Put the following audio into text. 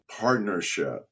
partnership